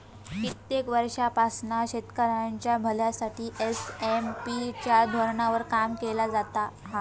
कित्येक वर्षांपासना शेतकऱ्यांच्या भल्यासाठी एस.एम.पी च्या धोरणावर काम केला जाता हा